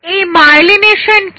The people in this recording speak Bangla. এই মায়েলিনেশন কি